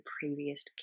previous